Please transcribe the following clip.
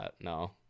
no